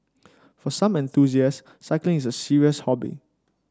for some enthusiasts cycling is a serious hobby